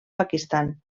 pakistan